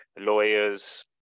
lawyers